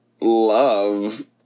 love